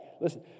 Listen